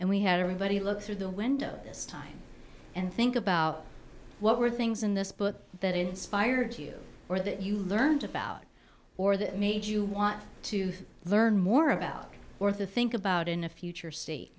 and we had everybody look through the window this time and think about what were things in this book that inspired you or that you learned about or that made you want to learn more about or think about in a future stat